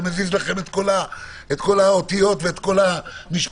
מזיז לכם את כל האותיות ואת כל המשפטים,